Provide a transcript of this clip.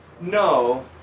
No